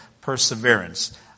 perseverance